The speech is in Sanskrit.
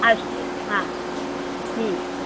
अस्तु हा